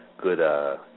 good